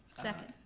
second.